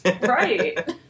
Right